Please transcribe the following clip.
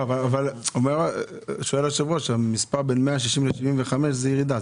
אבל בין 160 מיליון ל-75 מיליון שקלים, זאת ירידה.